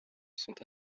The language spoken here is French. sont